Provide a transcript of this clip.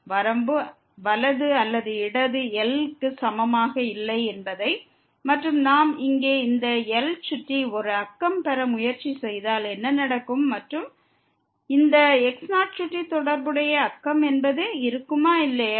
வரம்பு வலது அல்லது இடது L க்கு சமமாக இல்லை என்பதையும் மற்றும் நாம் இங்கே இந்த Lஐ சுற்றி ஒரு நெய்பர்ஹுட்டை பெற முயற்சி செய்தால் என்ன நடக்கும் மற்றும் இந்த x0 சுற்றி தொடர்புடைய நெய்பர்ஹுட் என்பது இருக்குமா இல்லையா